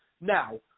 Now